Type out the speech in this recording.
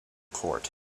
court